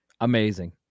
amazing